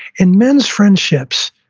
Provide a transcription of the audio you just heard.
in men's friendships,